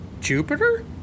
Jupiter